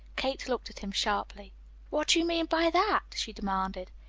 kate looked at him sharply what do you mean by that? she demanded.